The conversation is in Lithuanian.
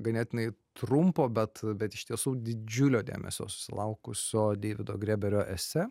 ganėtinai trumpo bet bet iš tiesų didžiulio dėmesio susilaukusio deivido grėberio esė